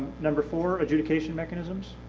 number four, adjudication mechanisms.